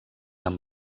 amb